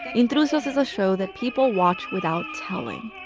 intrusos is a show that people watch without telling.